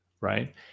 Right